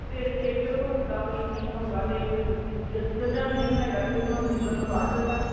ਸਵੇਰੇ ਵੇਖ ਲਿਓ ਧੁੱਪ ਦਾ ਕੋਈ ਸੀਨ ਹੋਵੇਗਾ ਅਤੇ ਫਿਰ ਜਲਦੀ ਚਲ ਜਾਂਗੇ ਨਹੀਂ ਹੋਏਗਾ ਅਤੇ ਫਿਰ ਧੁੰਦ ਨਿਕਲਣ ਤੋਂ ਬਾਅਦ ਚਲ ਜਾਂਗੇ